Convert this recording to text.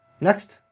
Next